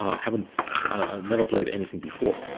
ah haven't never played anything before.